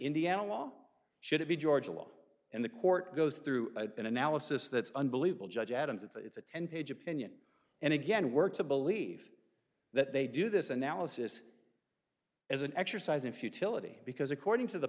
indiana law should it be georgia law and the court goes through an analysis that's unbelievable judge adams it's a ten page opinion and again we're to believe that they do this analysis as an exercise in futility because according to the